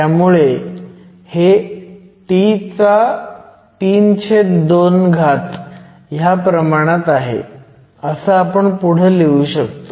त्यामुळे हे T32 च्या प्रमाणात आहे असं आपण पुढं लिहू शकतो